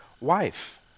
wife